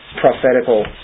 prophetical